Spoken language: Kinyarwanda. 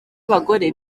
abagore